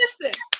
listen